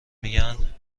میگن